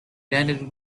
ended